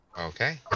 Okay